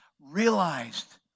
realized